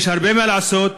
יש הרבה מה לעשות.